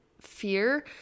fear